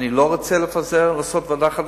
אני לא רוצה לפזר ולעשות ועדה חדשה,